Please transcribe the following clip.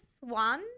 one